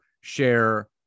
share